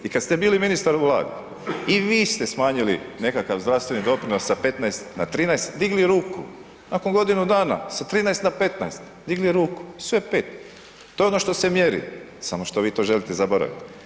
I kad ste bili ministar u vladi i vi ste smanjili nekakav zdravstveni doprinos sa 15 na 13, digli ruku, nakon godinu dana sa 13 na 15, digli ruku, sve 5. To je ono što se mjeri, samo što vi to želite zaboraviti.